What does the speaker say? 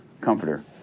Comforter